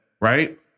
right